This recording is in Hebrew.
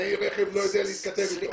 טכנאי רכב לא יודע להתכתב אתו.